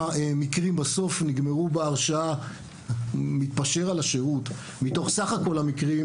מקרים בסוף נגמרו בהרשעה מתוך סך הכול המקרים,